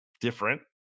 different